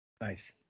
Nice